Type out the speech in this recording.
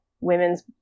women's